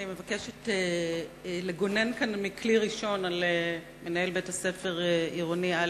אני מבקשת לגונן כאן מכלי ראשון על מנהל בית-הספר עירוני א',